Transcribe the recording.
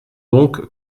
donc